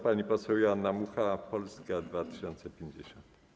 Pani poseł Joanna Mucha, Polska 2050.